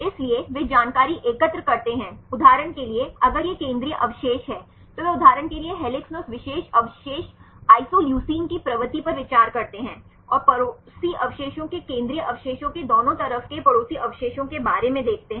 इसलिए वे जानकारी एकत्र करते हैं उदाहरण के अगर यह केंद्रीय अवशेष है तो वे उदाहरण के लिए हेलिक्स में उस विशेष अवशेष आइसोलूसीन की प्रवृत्ति पर विचार करते हैं और पड़ोसी अवशेषों के केंद्रीय अवशेषों के दोनों तरफ के पड़ोसी अवशेषों के बारे में देखते हैं